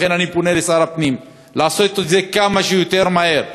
לכן אני פונה לשר הפנים לעשות את זה כמה שיותר מהר,